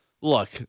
Look